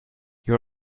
you